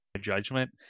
judgment